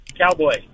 Cowboy